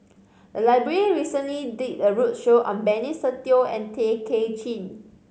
the library recently did a roadshow on Benny Se Teo and Tay Kay Chin